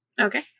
Okay